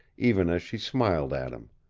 even as she smiled at him.